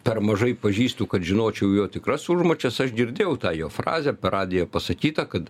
per mažai pažįstu kad žinočiau jo tikras užmačias aš girdėjau tą jo frazę per radiją pasakytą kad